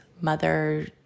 mother